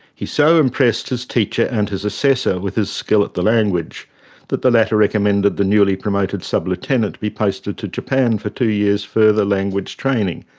he so impressed his teacher and his assessor with his skill at the language that the latter recommended the newly-promoted sub-lieutenant be posted to japan for two years' further language training,